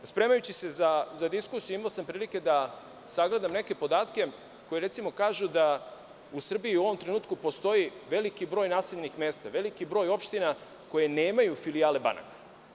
Spremajući se za diskusiju imao sam prilike da sagledam neke podatke koji recimo kažu da u Srbiji u ovom trenutku postoji veliki broj naseljenih mesta, veliki broj opština koje nemaju filijale banaka.